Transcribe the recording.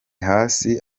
hasi